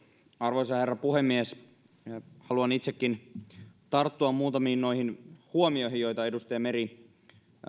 arvoisa herra puhemies haluan itsekin tarttua muutamiin huomioihin joita edustaja meri